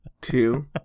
two